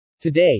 Today